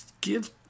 give